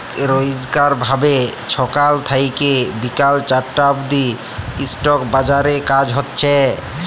রইজকার ভাবে ছকাল থ্যাইকে বিকাল চারটা অব্দি ইস্টক বাজারে কাজ হছে